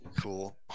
Cool